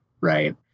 right